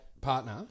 partner